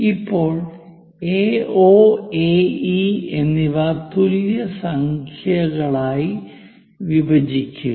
ഇപ്പോൾ AO AE എന്നിവ തുല്യ സംഖ്യകളായി വിഭജിക്കുക